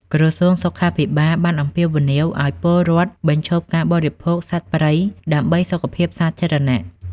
ក្រសួងសុខាភិបាលបានអំពាវនាវឱ្យពលរដ្ឋបញ្ឈប់ការបរិភោគសត្វព្រៃដើម្បីសុខភាពសាធារណៈ។